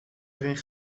erin